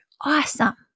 awesome